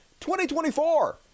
2024